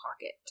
pocket